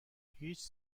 هیچ